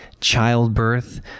childbirth